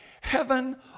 heaven